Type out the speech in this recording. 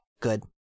good